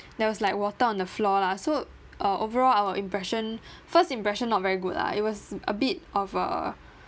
there was like water on the floor lah so uh overall our impression first impression not very good lah it was a bit of a